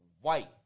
white